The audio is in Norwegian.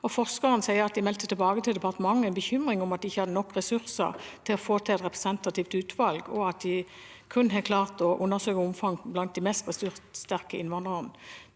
Forskerne sier at de meldte tilbake til departementet en bekymring om at de ikke hadde nok ressurser til å få til et representativt utvalg, og at de kun har klart å undersøke omfanget blant de mest ressurssterke innvandrerne.